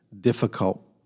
difficult